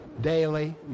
daily